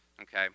okay